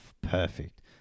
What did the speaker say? perfect